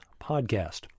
podcast